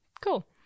Cool